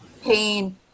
pain